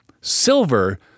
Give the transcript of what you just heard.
Silver